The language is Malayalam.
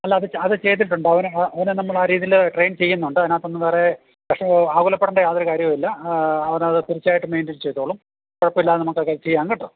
അല്ല അത് അത് ചെയ്തിട്ടുണ്ട് അവന് അവന് നമ്മൾ ആ രീതിയിൽ ട്രെയിൻ ചെയ്യുന്നുണ്ട് അതിനകത്തൊന്നും വേറെ വിഷയമോ ആകുലപ്പെടേണ്ട യാതൊരു കാര്യവുമില്ല അവൻ അത് തീർച്ചയായിട്ടും മെയിൻ്റെയ്ൻ ചെയ്തോളും കുഴപ്പമില്ലാതെ നമുക്ക് ഒക്കെ ചെയ്യാം കേട്ടോ